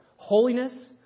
Holiness